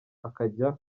akajya